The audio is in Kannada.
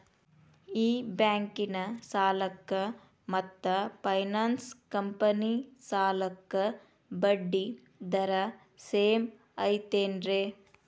ಈ ಬ್ಯಾಂಕಿನ ಸಾಲಕ್ಕ ಮತ್ತ ಫೈನಾನ್ಸ್ ಕಂಪನಿ ಸಾಲಕ್ಕ ಬಡ್ಡಿ ದರ ಸೇಮ್ ಐತೇನ್ರೇ?